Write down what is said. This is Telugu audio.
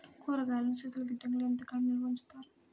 కూరగాయలను శీతలగిడ్డంగిలో ఎంత కాలం నిల్వ ఉంచుతారు?